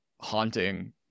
haunting